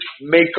make